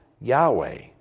Yahweh